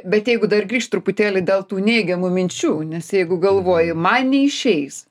bet jeigu dar grįžt truputėlį dėl tų neigiamų minčių nes jeigu galvoji man neišeis